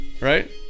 Right